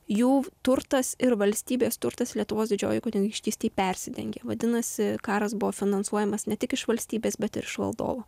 jų turtas ir valstybės turtas lietuvos didžiojoj kunigaikštystėj persidengė vadinasi karas buvo finansuojamas ne tik iš valstybės bet iš valdovo